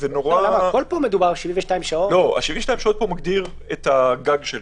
72 שעות מגדיר את הגג.